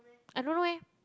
I don't know eh